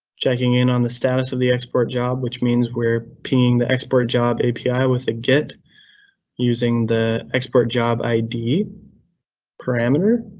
checking in on the status of the export job, which means we're pinging the expert job api with a get using the export job id parameter.